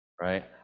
right